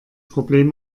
problem